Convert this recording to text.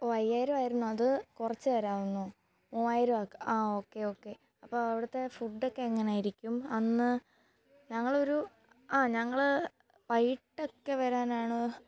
ഓ അയ്യായിരം ആയിരുന്നത് കുറച്ച് തരാമെന്നോ മുവായിരം ആക്കാം ആ ഓക്കേ ഓക്കേ അപ്പോള് അവിടത്തെ ഫുഡൊക്കെ എങ്ങനായിരിക്കും അന്ന് ഞങ്ങളൊരു ആ ഞങ്ങള് വൈകിട്ടൊക്കെ വരാനാണ്